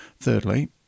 Thirdly